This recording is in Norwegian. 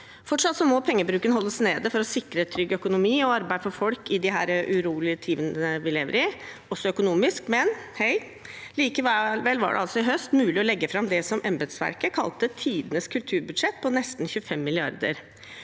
Fortsatt må pengebruken holdes nede for å sikre trygg økonomi og arbeid for folk i disse urolige tidene vi lever i også økonomisk, men likevel var det i høst mulig å legge fram det som embetsverket kalte tidenes kulturbudsjett på nesten 25 mrd.